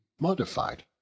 modified